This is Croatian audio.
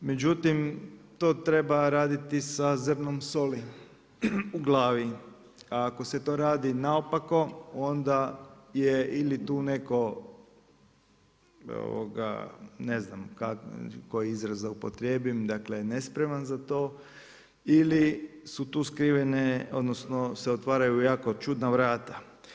Međutim, to treba raditi sa zrnom soli u glavi a ako se to radi naopako onda je ili tu netko, ne znam koji izraz da upotrijebim, dakle nespreman za to ili su tu skrivene odnosno se otvaraju jako čudna vrata.